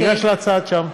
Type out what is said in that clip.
גש לצד שם.